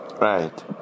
Right